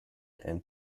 and